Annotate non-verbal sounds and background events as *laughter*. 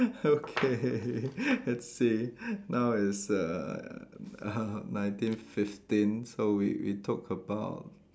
okay *laughs* let's see *laughs* now is uh *laughs* nineteen fifteen so we we took about